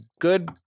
good